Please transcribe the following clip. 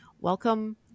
Welcome